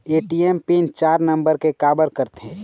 ATM PIN चार number के काबर करथे?